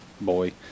boy